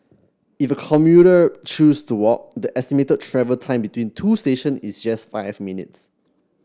if a commuter choose to walk the estimated travel time between two station is just five minutes